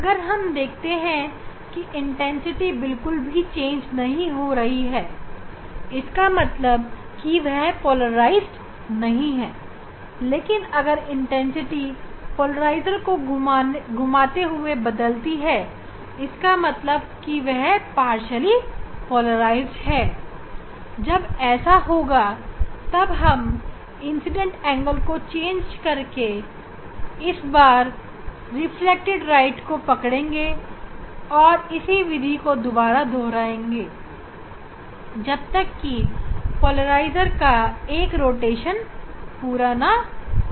अगर हम देखते हैं कि तीव्रता बिल्कुल भी बदल नहीं रही है इसका मतलब है कि वह पोलराइज नहीं है लेकिन अगर तीव्रता पोलराइजर को घुमाने पर बदलती है इसका मतलब है कि वह पार्शियली पोलराइज है जब ऐसा होगा तब हम इंसिडेंट एंगल को चेंज करके इस बार रिफ्रैक्टेड प्रकाश को पकड़ेंगे और इसी विधि को दोबारा दोहराएँगे जब तक की पोलराइजर का एक रोटेशन पूरा नहीं हो जाए